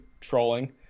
trolling